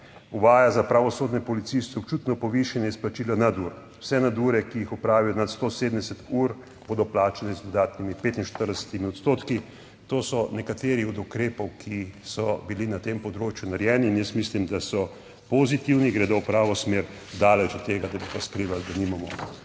uvaja za pravosodne policiste občutno povišanje izplačila nadur. Vse nadure, ki jih opravijo nad 170 ur bodo plačane z dodatnimi 45 odstotki. To so nekateri od ukrepov, ki so bili na tem področju narejeni in jaz mislim, da so pozitivni gredo v pravo smer, daleč od tega, da bi pa skrivali, da nimamo